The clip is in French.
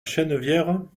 chennevières